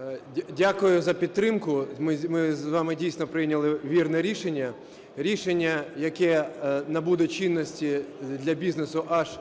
15:57:07 ГЕТМАНЦЕВ Д.О. Дякую за підтримку. Ми з вами, дійсно, прийняли вірне рішення, рішення, яке набуде чинності для бізнесу аж…